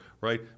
right